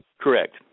correct